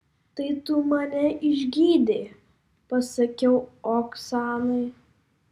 tai tu mane išgydei pasakiau oksanai